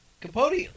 Capote